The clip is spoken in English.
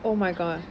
oh my god